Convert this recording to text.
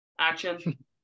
Action